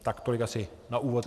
Tak tolik asi na úvod.